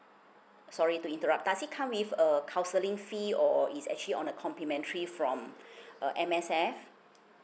sorry to interrupt does it come with a counselling fee or it's actually on a complimentary from uh M_S_F